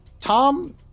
Tom